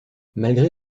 malgré